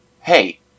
Hey